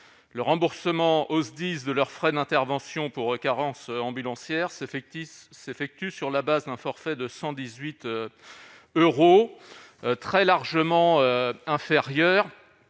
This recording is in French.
le remboursement au SDIS de leurs frais d'intervention pour carence ambulancière effectif s'effectue sur la base d'un forfait de 118 euros très largement inférieur